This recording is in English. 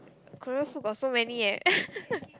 Korean food got so many leh